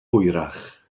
hwyrach